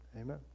amen